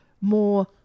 more